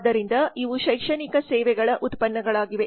ಆದ್ದರಿಂದ ಇವು ಶೈಕ್ಷಣಿಕ ಸೇವೆಗಳ ಉತ್ಪನ್ನಗಳಾಗಿವೆ